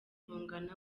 bungana